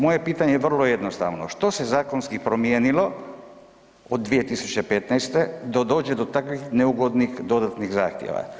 Moje pitanje je vrlo jednostavno, što se zakonski promijenilo od 2015. da dođe takvih neugodnih dodatnih zahtjeva?